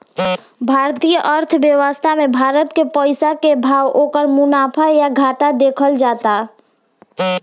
भारतीय अर्थव्यवस्था मे भारत के पइसा के भाव, ओकर मुनाफा या घाटा देखल जाता